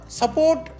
support